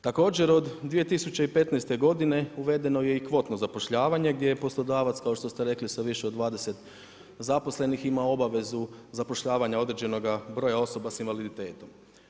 Također od 2015. uvedeno je i kvotno zapošljavanje, gdje je poslodavac, kao što ste rekli, sa više od 20 zaposlenih ima obavezu zapošljavanje određenog broja osoba sa invaliditetom.